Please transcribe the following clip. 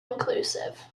inclusive